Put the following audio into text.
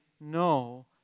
no